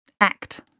Act